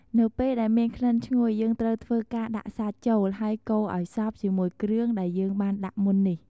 នៅពេលដែលមានក្លិនឈ្ងុយ យើងត្រូវធ្វើការដាក់សាច់ចូល ហើយកូរអោយសព្វជាមួយគ្រឿងដែលយើងបានដាក់មុននេះ។